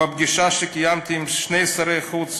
בפגישה שקיימתי עם שני שרי חוץ,